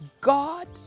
God